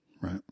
right